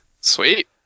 Sweet